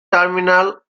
terminal